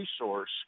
resource